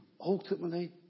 ultimately